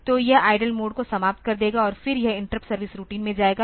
तो यह idle mode को समाप्त कर देगा और फिर यह इंटरप्ट सर्विस रूटीन में जाएगा